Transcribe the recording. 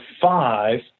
five